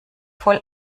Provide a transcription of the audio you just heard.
voll